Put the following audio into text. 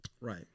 Right